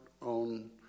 on